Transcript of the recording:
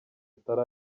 atari